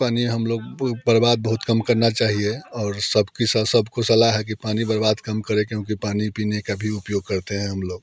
पानी हम लोग बर्बाद बहुत कम करना चाहिए और सब की साथ सब को सलाह है कि पानी बर्बाद कम करें क्योंकि पानी पीने का भी उपयोग करते हैं हम लोग